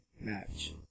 match